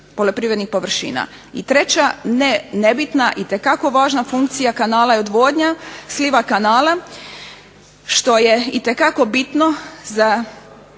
I treća, ne nebitna, itekako važna funkcija kanala je odvodnja sliva kanala što je itekako bitno za